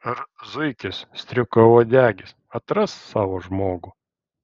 ar zuikis striukauodegis atras savo žmogų